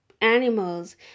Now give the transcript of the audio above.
animals